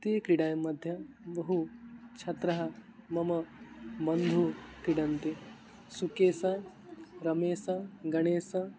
ती क्रीडायां मध्ये बहवः छात्राः मम बन्धुः क्रीडति सुकेशः रमेशः गणेशः